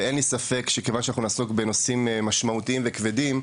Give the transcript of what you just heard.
אין לי ספק שכיוון שנעסוק בנושאים משמעותיים וכבדים,